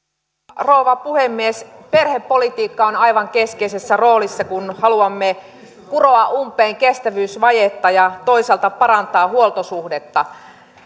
rouva puhemies perhepolitiikka on aivan keskeisessä roolissa kun haluamme kuroa umpeen kestävyysvajetta ja toisaalta parantaa huoltosuhdetta